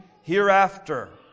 hereafter